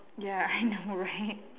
ya I know right